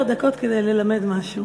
אני מוכנה לקנות עשר דקות כדי ללמד משהו.